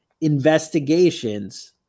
investigations